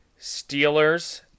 Steelers